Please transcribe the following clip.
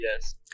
Yes